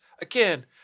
Again